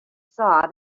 saw